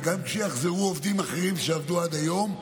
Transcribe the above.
וגם כשיחזרו עובדים אחרים שעבדו עד היום,